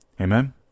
Amen